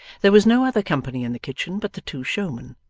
there was no other company in the kitchen but the two showmen,